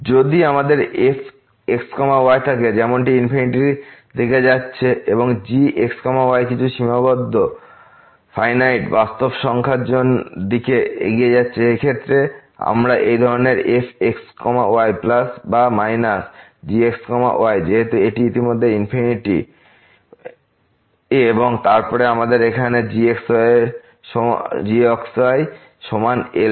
যদি আমাদের f x y থাকে যেমনটি ইনফিনিটি এর দিকে যাচ্ছে এবং g x y কিছু সীমাবদ্ধ বাস্তব সংখ্যার দিকে এগিয়ে যাচ্ছে এই ক্ষেত্রে আমরা এই ধরনের সীমা f x y plus বা minus g x y যেহেতু এটি ইতিমধ্যেই ইনফিনিটি এবং তারপর আমাদের এখানে g x y সমান L এর